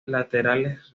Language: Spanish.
laterales